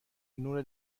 نور